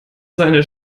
seine